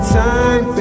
time